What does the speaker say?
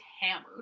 hammered